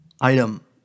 item